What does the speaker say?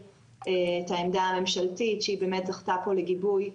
את העמדה הממשלתית שהיא באמת זכתה פה לגיבוי,